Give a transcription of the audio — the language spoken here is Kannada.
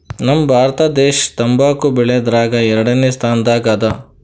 ನಮ್ ಭಾರತ ದೇಶ್ ತಂಬಾಕ್ ಬೆಳ್ಯಾದ್ರಗ್ ಎರಡನೇ ಸ್ತಾನದಾಗ್ ಅದಾ